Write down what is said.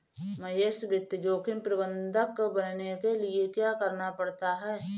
महेश वित्त जोखिम प्रबंधक बनने के लिए क्या करना पड़ता है?